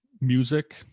music